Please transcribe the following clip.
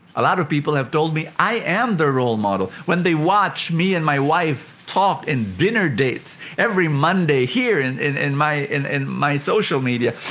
a lot of people have told me i am their role model when they watch me and my wife talk in dinner dates, every monday here and in in my in in my social media.